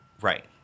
Right